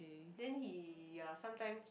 then he uh sometimes